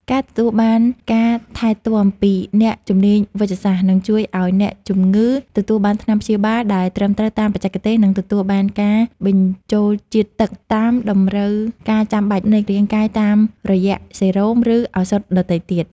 ការទទួលបានការថែទាំពីអ្នកជំនាញវេជ្ជសាស្ត្រ នឹងជួយឱ្យអ្នកជំងឺទទួលបានថ្នាំព្យាបាលដែលត្រឹមត្រូវតាមបច្ចេកទេស និងទទួលបានការបញ្ចូលជាតិទឹកតាមតម្រូវការចាំបាច់នៃរាងកាយតាមរយៈសេរ៉ូម ឬឱសថដទៃទៀត។